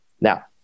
Now